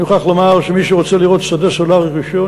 אני מוכרח לומר שמי שרוצה לראות שדה סולרי ראשון,